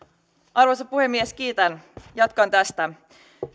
arvoisa puhemies kiitän jatkan tästä